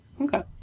Okay